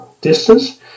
distance